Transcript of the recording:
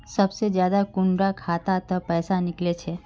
सबसे ज्यादा कुंडा खाता त पैसा निकले छे?